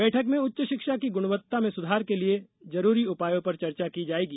बैठक में उच्च शिक्षा की गुणवत्ता में सुधार के लिए जरूरी उपायों पर चर्चा की जाएगी